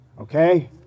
Okay